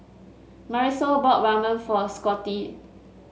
Marisol bought Ramen for Scottie